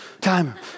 timer